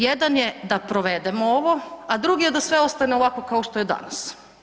Jedan je da provedemo ovo, a drugi je da sve ostane ovako kao što je danas.